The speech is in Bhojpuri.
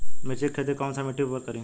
मिर्ची के खेती कौन सा मिट्टी पर करी?